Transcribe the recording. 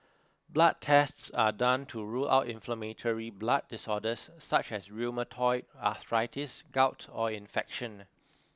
blood tests are done to rule out inflammatory blood disorders such as rheumatoid arthritis gout or infection